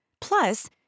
Plus